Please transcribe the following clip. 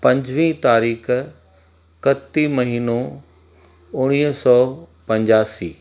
पंजवीह तारीख़ु कती महिनो उणिवीह सौ पंजासी